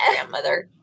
grandmother